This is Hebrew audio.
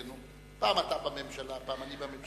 פעם אתם בממשלה, פעם אני בממשלה.